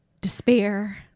despair